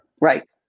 Right